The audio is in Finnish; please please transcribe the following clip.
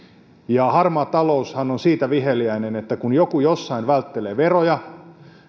jo satoja miljoonia euroja harmaa taloushan on siitä viheliäinen että kun joku jossain välttelee veroja